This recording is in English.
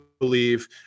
believe